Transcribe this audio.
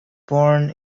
born